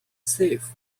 thief